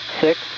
six